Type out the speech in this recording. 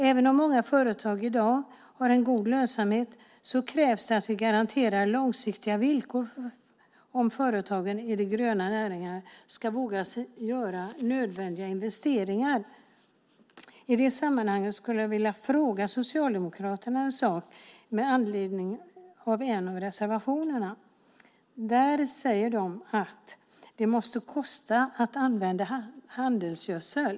Även om många företag i dag har en god lönsamhet krävs det att vi garanterar långsiktiga villkor om företag i de gröna näringarna ska våga göra de nödvändiga investeringarna. I det sammanhanget skulle jag vilja fråga Socialdemokraterna en sak med anledning av en av reservationerna. Där säger ni att det måste kosta att använda handelsgödsel.